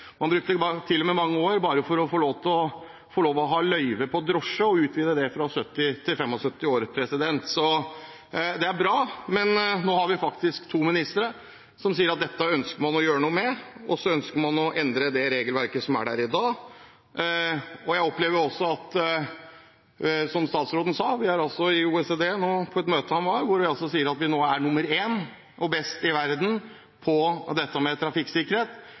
man brukte til og med mange år bare på å utvide adgangen til å beholde drosjeløyvet til man er 75 år. Så det er bra, men nå har vi faktisk to ministre som sier at dette ønsker man å gjøre noe med, og så ønsker man å endre det regelverket som er i dag. Som statsråden sa, på et møte han var i i OECD nå, sies det altså at vi nå er nr. 1 og best i verden på dette med trafikksikkerhet.